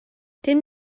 dim